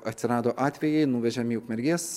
atsirado atvejai nuvežėm į ukmergės